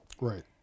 Right